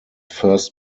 first